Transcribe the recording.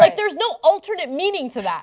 like there is no alternate meaning to that.